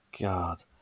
God